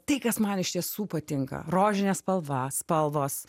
tai kas man iš tiesų patinka rožinė spalva spalvos